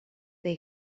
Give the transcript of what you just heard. they